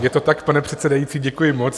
Je to tak, pane předsedající, děkuji moc.